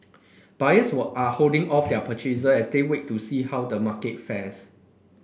buyers were are holding off their purchases as they wait to see how the market fares